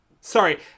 sorry